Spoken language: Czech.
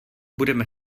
budeme